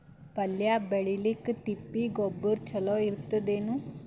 ಪಲ್ಯ ಬೇಳಿಲಿಕ್ಕೆ ತಿಪ್ಪಿ ಗೊಬ್ಬರ ಚಲೋ ಇರತದೇನು?